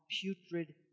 putrid